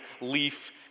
leaf